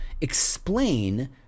explain